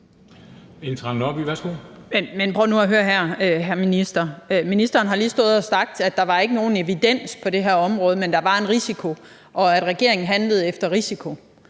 Ministeren har lige stået og sagt, at der ikke var nogen evidens på det her område, men at der var en risiko, og at regeringen handlede efter risiko.